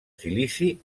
silici